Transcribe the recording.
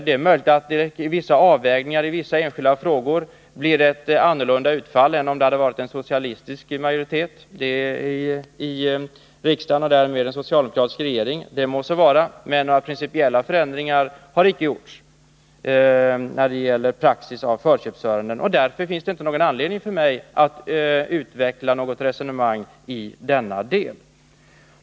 Det är möjligt att det vid avvägningen i vissa enskilda frågor blir ett annorlunda utfall än om det varit en socialistisk majoritet i riksdagen och därmed en socialdemokratisk regering — det må så vara. Men någon principiell förändring har inte gjorts när det gäller praxis i förköpsärenden. Därför finns det inte någon anledning för mig att utveckla något resonemang i denna del.